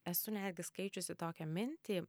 esu netgi skaičiusi tokią mintį